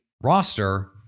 roster